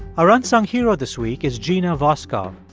our unsung hero this week is gina voskov.